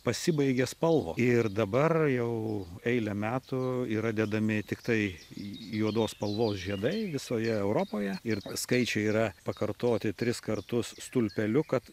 pasibaigė spalvos ir dabar jau eilę metų yra dedami tiktai juodos spalvos žiedai visoje europoje ir skaičiai yra pakartoti tris kartus stulpeliu kad